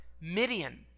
Midian